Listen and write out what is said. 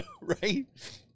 right